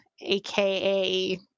aka